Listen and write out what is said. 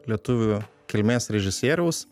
lietuvių kilmės režisieriaus